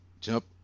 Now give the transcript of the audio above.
jump